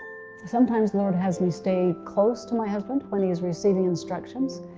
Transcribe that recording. sometimes the lord has we stayed close to my husband when he is receiving instructions.